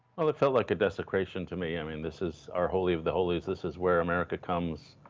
well, it felt like a desecration to me. i mean, this is our holy of the holies. this is where america comes,